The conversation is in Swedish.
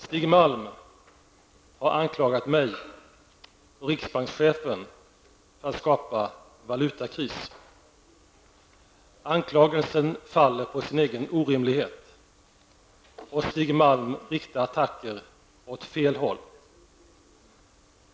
Stig Malm har anklagat mig och riksbankschefen för att skapa valutakris. Anklagelsen faller på sin egen orimlighet. Stig Malm riktar attacken åt fel håll.